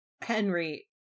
Henry